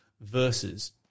verses